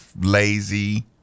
lazy